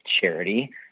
charity